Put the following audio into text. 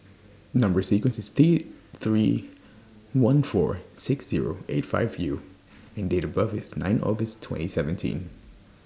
Number sequence IS T three one four six Zero eight five U and Date of birth IS nine August twenty seventeen